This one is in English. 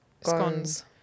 Scones